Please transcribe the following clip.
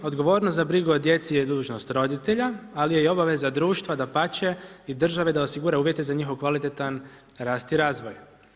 Odgovornost za brigu o djeci je dužnost roditelja, ali je i obaveza društva dapače i države da osigura uvjete za njihov kvalitetan rast i razvoj.